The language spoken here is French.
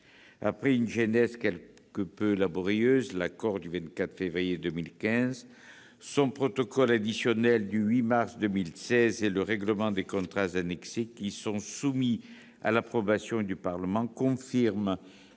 Après une genèse quelque peu laborieuse, l'accord du 24 février 2015, son protocole additionnel du 8 mars 2016 et le règlement des contrats annexé soumis à l'approbation du Parlement confirment